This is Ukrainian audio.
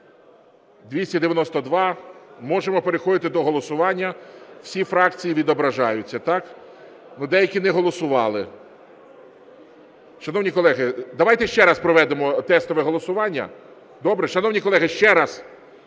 За-292 Можемо переходити до голосування. Всі фракції відображаються, деякі не голосували. Шановні колеги, давайте ще раз проведемо тестове голосування. Добре? Шановні колег, ще раз